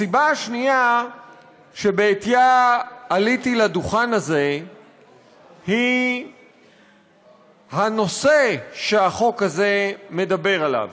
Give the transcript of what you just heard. הסיבה השנייה שבעטייה עליתי לדוכן הזה היא הנושא שהחוק הזה מדבר עליו.